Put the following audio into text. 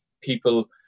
people